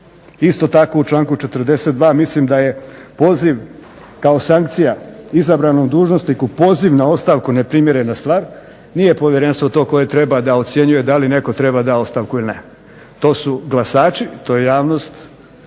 Isto tako u članku 42. mislim da je poziv kao sankcija izabranom dužnosniku poziv na ostavku neprimjerena stvar, nije povjerenstvo to koje treba da ocjenjuje da li netko treba dati ostavku ili ne. To su glasači, to je javnost,